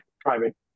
private